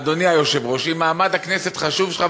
אדוני היושב-ראש: אם מעמד הכנסת חשוב לך,